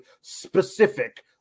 specific